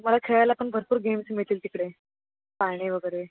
तुम्हाला खेळायला पण भरपूर गेम्स मिळतील तिकडे पाळणे वगैरे